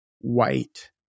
white